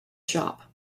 shop